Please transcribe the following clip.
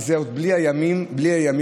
וזה עוד בלי הימים העמוסים.